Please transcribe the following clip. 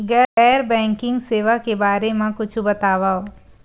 गैर बैंकिंग सेवा के बारे म कुछु बतावव?